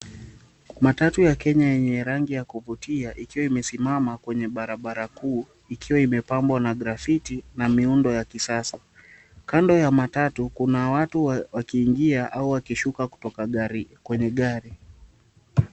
Matatu ya Kenya yenye rangi ya kuvutia, ikiwa imesimama kwenye barabara kuu. Ikiwa imepambwa na grafiti na miundo ya kisasa. Kando ya matatu kuna watu wakiingia au wakishuka kutoka kwenye gari.